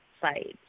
sites